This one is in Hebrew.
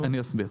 אני אסביר.